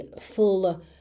full